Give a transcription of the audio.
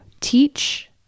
teach